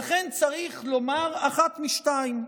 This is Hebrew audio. לכן צריך לומר אחד משניים.